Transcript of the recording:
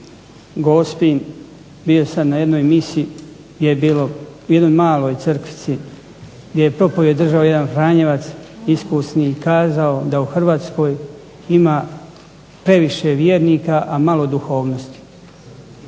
Gospin bio sam na jednoj misi, u jednoj maloj crkvici gdje je govor držao jedan franjevac iskusni i kazao da u Hrvatskoj ima previše vjernika a malo duhovnosti,